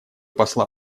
посла